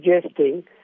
suggesting